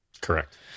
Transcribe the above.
Correct